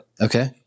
Okay